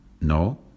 No